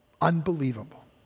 unbelievable